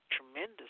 tremendous